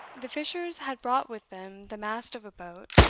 the fishers had brought with them the mast of a boat,